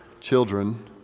children